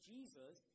Jesus